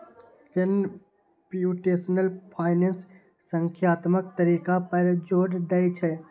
computational finance संख्यात्मक तरीका पर जोर दै छै